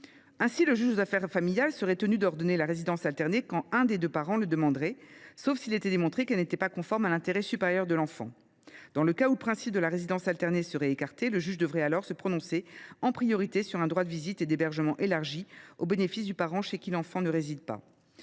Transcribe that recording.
Ainsi, le juge aux affaires familiales aurait été tenu d’ordonner la résidence alternée si l’un des parents le demandait, sauf s’il était démontré qu’elle n’était pas conforme à l’intérêt supérieur de l’enfant. Dans le cas où le principe de la résidence alternée aurait été écarté, le juge aurait alors dû se prononcer, en priorité, sur un droit de visite et d’hébergement élargi au bénéfice du parent chez qui l’enfant ne réside pas.